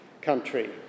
country